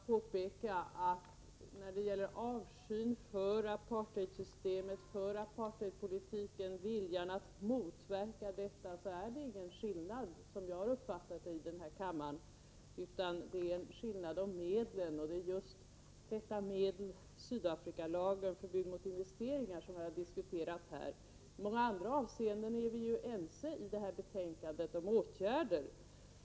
Herr talman! Jag tycker att det skulle vara på sin plats att för kammaren påpeka att det, som jag har uppfattat det, inte finns någon skillnad i denna kammare beträffande avskyn för apartheidsystemet, avskyn för apartheidpolitiken och viljan att motverka detta system, men det finns en skillnad i fråga om medlen. Det är de olika medlen — Sydafrikalagen, förbud mot investeringar — som vi har diskuterat här. I många andra avseenden är vi ju ense om åtgärderna.